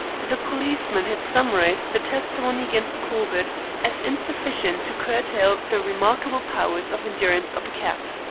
the policeman had summarized the testimony against corbett as insufficient to curtail the remarkable powers of endurance of a cat.